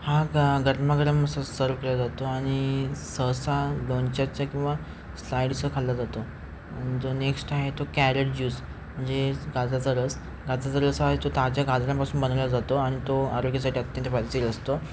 हा गा गरमागरम असा सर्व केला जातो आणि सहसा दोनच्याचं किंवा स्लाईडचा खाल्ला जातो आणि जो नेक्स्ट आहे तो कॅरेट ज्यूस म्हणजेच गाजराचा गाजराचा रस तो ताज्या गाजरापासून बनवला जातो आणि तो आरोग्यासाठी अत्यंत फायदेशीर असतो